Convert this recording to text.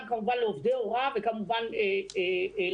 כמובן עם עובדי ההוראה וכמובן עם הגננות.